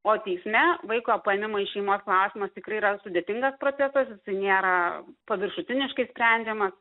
o teisme vaiko paėmimo iš šeimos klausimas tikrai yra sudėtingas protestas nėra paviršutiniškai sprendžiamas